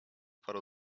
paru